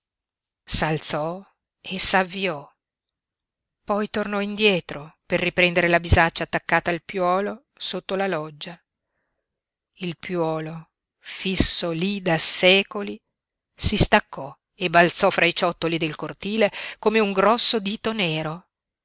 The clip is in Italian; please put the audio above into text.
s'alzò e s'avviò poi tornò indietro per riprendere la bisaccia attaccata al piuolo sotto la loggia il piuolo fisso lí da secoli si staccò e balzò fra i ciottoli del cortile come un grosso dito nero